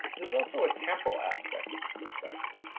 there's also a temporal aspect of this perspective.